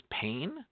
pain